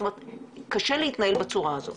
קשה להתנהל בצורה הזאת.